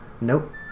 Nope